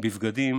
בבגדים